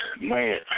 man